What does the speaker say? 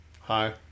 Hi